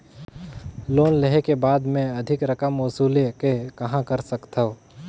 Loan लेहे के बाद मे अधिक रकम वसूले के कहां कर सकथव?